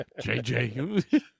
jj